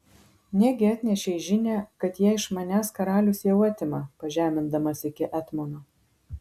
negi atnešei žinią kad ją iš manęs karalius jau atima pažemindamas iki etmono